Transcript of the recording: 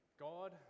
God